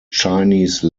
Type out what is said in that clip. chinese